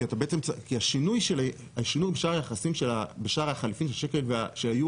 כי בעצם השינוי בשער החליפין של היורו